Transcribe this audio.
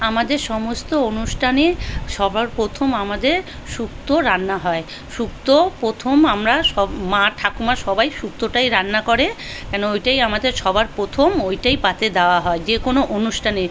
আমাদের সমস্ত অনুষ্ঠানে সবার প্রথম আমাদের শুক্ত রান্না হয় শুক্ত প্রথম আমরা সব মা ঠাকুমা সবাই শুক্তটাই রান্না করে কেন ওইটাই আমাদের সবার প্রথম ওইটাই পাতে দেওয়া হয় যে কোনও অনুষ্ঠানে